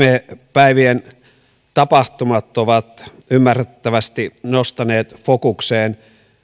päivien tapahtumat ovat ymmärrettävästi nostaneet fokukseen